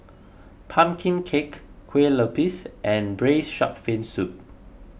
Pumpkin Cake Kue Lupis and Braised Shark Fin Soup